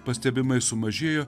pastebimai sumažėjo